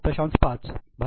5 भागिले 2